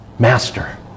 Master